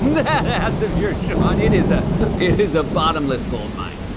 that ass of yours, sean, it is a it is a bottomless gold mine.